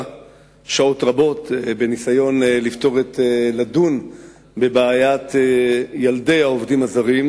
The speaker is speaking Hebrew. שעות רבות בניסיון לדון בבעיית ילדי העובדים הזרים,